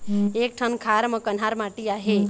एक ठन खार म कन्हार माटी आहे?